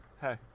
Hey